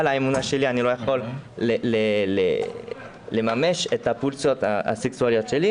האמונה שלי אני לא יכול לממש את הנטיות הסקסואליות שלי.